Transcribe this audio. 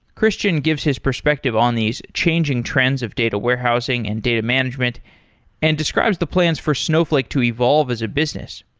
christian gives his perspective on these changing trends of data warehousing and data management and describes the plans for snowflake to evolve as a business.